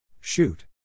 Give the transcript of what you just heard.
Shoot